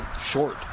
short